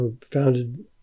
founded